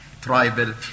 tribal